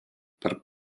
tarp